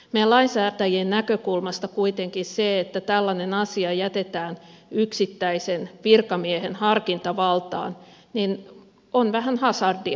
meidän lainsäätäjien näkökulmasta kuitenkin se että tällainen asia jätetään yksittäisen virkamiehen harkintavaltaan on vähän hasardia